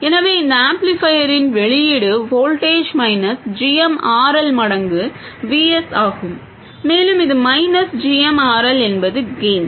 எனவே இந்த ஆம்ப்ளிஃபையரின் வெளியீடு வோல்டேஜ் மைனஸ் gm RL மடங்கு VS ஆகும் மேலும் இது மைனஸ் gm RL என்பது கெய்ன்